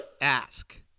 ask